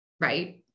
Right